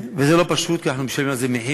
וזה לא פשוט, כי אנחנו משלמים על זה מחיר.